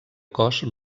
cos